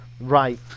right